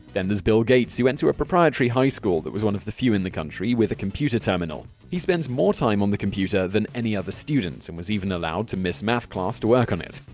then there's bill gates, who went to a preparatory high school that was one of the few in the country with a computer terminal. he spent more time on the computer than any other student, and was even allowed to miss math class to work on it.